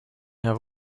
have